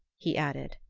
he added.